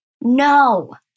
no